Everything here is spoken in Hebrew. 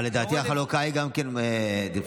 לדעתי החלוקה היא גם כן דיפרנציאלית.